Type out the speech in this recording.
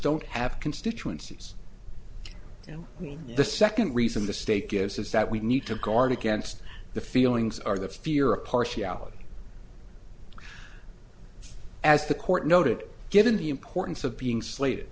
don't have constituencies and the second reason the state gives is that we need to guard against the feelings are the fear of partiality as the court noted given the importance of being slate